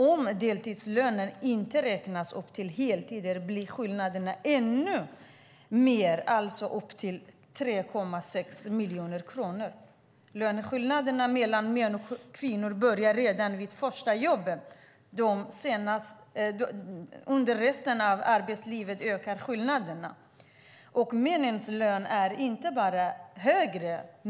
Om deltidslöner inte räknas upp till heltid blir skillnaden ännu större, upp till 3,6 miljoner kronor. Löneskillnaderna mellan män och kvinnor börjar redan vid första jobbet. Under resten av arbetslivet ökar skillnaderna. Männens löner är inte bara högre.